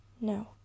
No